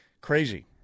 Crazy